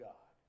God